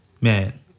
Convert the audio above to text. man